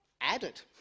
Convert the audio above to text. added